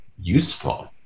useful